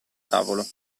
tavolo